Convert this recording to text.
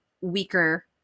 weaker